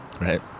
Right